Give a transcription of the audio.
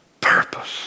purpose